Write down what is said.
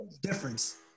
difference